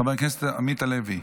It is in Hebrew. חבר הכנסת עמית הלוי,